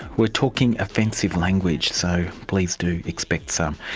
we're talking offensive language, so please do expect some.